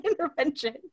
intervention